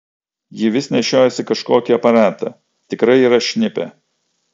ji vis nešiojasi kažkokį aparatą tikrai yra šnipė